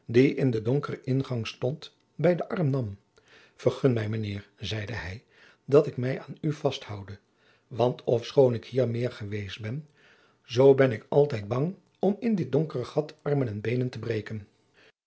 in de donkere ingang stond bij den arm nam vergun mij mijnheer zeide hij dat ik mij aan u vasthoude want ofschoon ik hier meer geweest ben zoo ben ik altijd bang om in dit donkere gat armen en beenen te breken